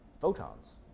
photons